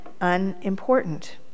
unimportant